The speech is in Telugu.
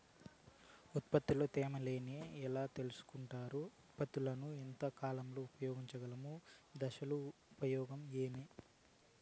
ఉత్పత్తి లో తేమ లేదని ఎలా తెలుసుకొంటారు ఉత్పత్తులను ఎంత కాలము ఉంచగలము దశలు ఉపయోగం ఏమి?